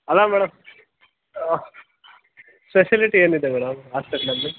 ಅಲ್ಲ ಮೇಡಮ್ ಹಾಂ ಫೆಸಿಲಿಟಿ ಏನು ಇದೆ ಮೇಡಮ್ ಆಸ್ಪೆಟ್ಲಲ್ಲಿ